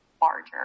larger